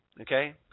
Okay